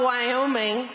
Wyoming